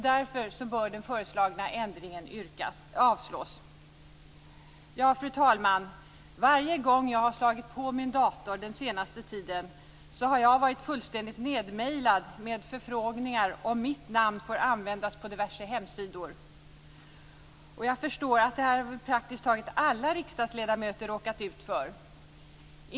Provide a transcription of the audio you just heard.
Därför bör den föreslagna ändringen avslås. Fru talman! Varje gång jag har slagit på min dator den senaste tiden har jag varit fullständigt överöst av e-post med förfrågningar om mitt namn får användas på diverse hemsidor. Jag förstår att praktiskt taget alla riksdagsledamöter har råkat ut för detta.